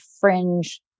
fringe